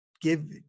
give